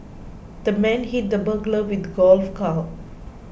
the man hit the burglar with a golf club